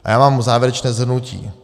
A já mám závěrečné shrnutí.